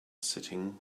sitting